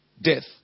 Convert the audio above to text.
death